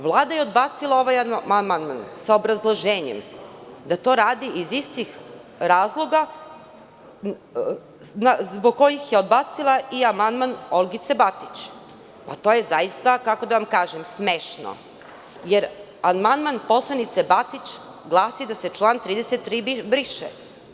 Vlada je odbacila ovaj amandman sa obrazloženjem da to radi iz istih razloga zbog kojih je odbacila i amandman Olgice Batić, a to je zaista smešno, jer amandman poslanice Batić glasi da se član 33. briše.